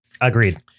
Agreed